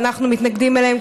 ואנחנו מתנגדים להם,